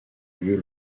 lieu